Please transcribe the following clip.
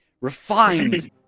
refined